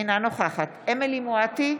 אינה נוכחת אמילי חיה מואטי,